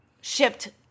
shipped